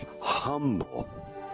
humble